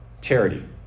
charity